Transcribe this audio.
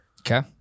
Okay